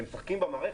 שמשחקים במערכת,